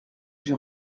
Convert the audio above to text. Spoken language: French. j’ai